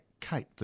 Kate